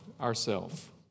Ourself